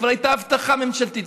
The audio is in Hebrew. כבר הייתה הבטחה ממשלתית,